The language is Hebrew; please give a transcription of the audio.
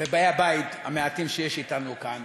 ובאי הבית המעטים שיש אתנו כאן,